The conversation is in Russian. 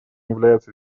является